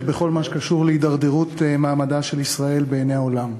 בכל מה שקשור להידרדרות מעמדה של ישראל בעיני העולם.